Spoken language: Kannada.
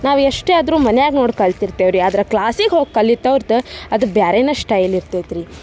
ನಾವೆಷ್ಟೇ ಆದರೂ ಮನ್ಯಾಗ ನೋಡಿ ಕಲ್ತಿರ್ತೇವೆ ರಿ ಆದ್ರೆ ಕ್ಲಾಸಿಗೆ ಹೋಗಿ ಕಲಿತವ್ರ್ದು ಅದು ಬೇರೆನೇ ಶ್ಟೈಲ್ ಇರ್ತೈತೆ ರಿ